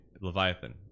Leviathan